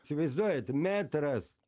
sivaizduojat metras